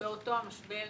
באותו המשבר.